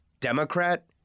Democrat